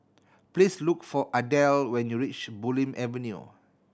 please look for Adell when you reach Bulim Avenue